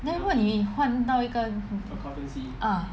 then 为什么你换到一个 ah